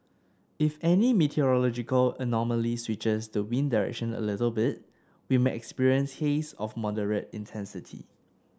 if any meteorological anomaly switches the wind direction a little bit we may experience haze of moderate intensity